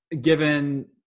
given